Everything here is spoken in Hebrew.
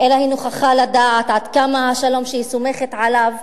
אלא היא נוכחה לדעת עד כמה השלום שהיא סומכת עליו,